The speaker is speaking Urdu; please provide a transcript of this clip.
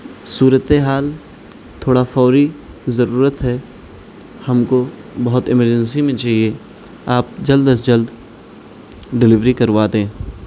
صورت حال تھوڑا فوری ضرورت ہے ہم کو بہت ایمرجنسی میں چاہیے آپ جلد از جلد ڈیلیوری کروا دیں